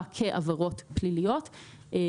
הנה,